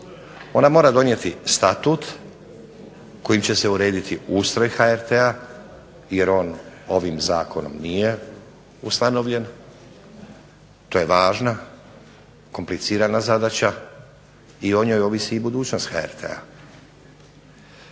Ona mora donijeti statut kojim će se urediti ustroj HRT-a, jer on ovim zakonom nije ustanovljen, to je važna, komplicirana zadaća, i o njoj ovisi i budućnost HRT-a.